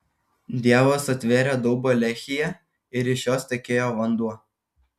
dievas atvėrė daubą lehyje ir iš jos tekėjo vanduo